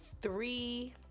three